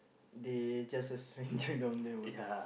they just a stranger down there [what]